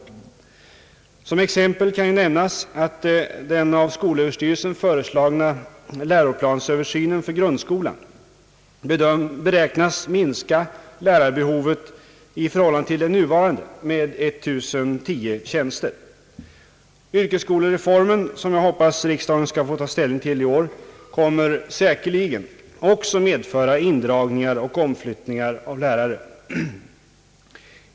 Såsom exempel på detta kan nämnas att den av skolöverstyrelsen föreslagna läroplansöversynen för grund skolan beräknas minska lärarbehovet i förhållande till det nuvarande med 1010 tjänster. Yrkesskolreformen, som jag hoppas riksdagen skall få ta ställning till i år, kommer säkerligen också att medföra indragningar och omflyttningar av lärare.